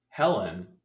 Helen